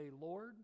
Lord